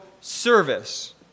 service